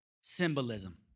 symbolism